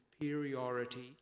superiority